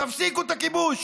תפסיקו את הכיבוש.